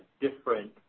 different